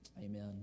Amen